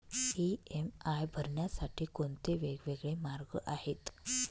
EMI भरण्यासाठी कोणते वेगवेगळे मार्ग आहेत?